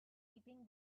keeping